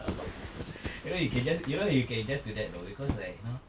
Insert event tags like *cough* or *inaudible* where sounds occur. *noise* you know you can just you know you can just do that you know because like you know